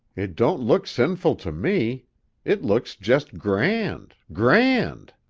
it don't look sinful to me it looks just grand grand!